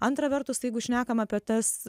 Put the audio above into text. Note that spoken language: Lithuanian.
antra vertus tai jeigu šnekam apie tas